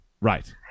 Right